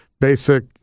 basic